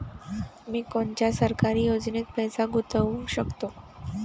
मी कोनच्या सरकारी योजनेत पैसा गुतवू शकतो?